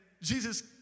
Jesus